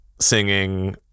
singing